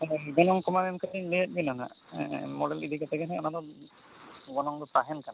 ᱦᱮᱸ ᱜᱚᱱᱚᱝ ᱠᱚᱢᱟ ᱚᱱᱠᱟ ᱞᱤᱧ ᱞᱟᱹᱭ ᱟᱫ ᱵᱤᱱᱟ ᱦᱟᱜ ᱢᱚᱰᱮᱞ ᱤᱫᱤ ᱠᱟᱛᱮᱫ ᱜᱮ ᱚᱱᱟ ᱫᱚ ᱜᱚᱱᱚᱝ ᱫᱚ ᱛᱟᱦᱮᱱ ᱠᱟᱱᱟ